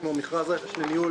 כמו מכרז רכש לניהול